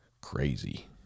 crazy